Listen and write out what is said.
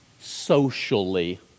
socially